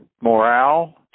morale